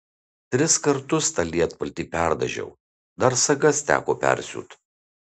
tris kartus tą lietpaltį perdažiau dar sagas teko persiūt